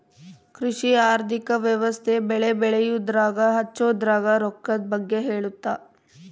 ಕೃಷಿ ಆರ್ಥಿಕ ವ್ಯವಸ್ತೆ ಬೆಳೆ ಬೆಳೆಯದ್ರಾಗ ಹಚ್ಛೊದ್ರಾಗ ರೊಕ್ಕದ್ ಬಗ್ಗೆ ಹೇಳುತ್ತ